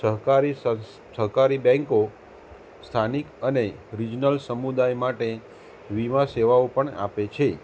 સહકારી સહકારી બેન્કો સ્થાનિક અને રિજનલ સમુદાય માટે વીમા સેવાઓ પણ આપે છે